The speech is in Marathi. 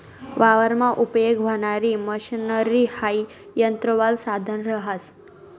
वावरमा उपयेग व्हणारी मशनरी हाई यंत्रवालं साधन रहास